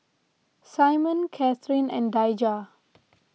Simeon Cathrine and Daija